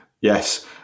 Yes